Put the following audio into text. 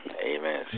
amen